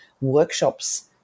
workshops